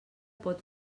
pot